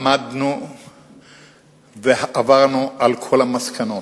למדנו ועברנו על כל המסקנות,